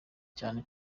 cyane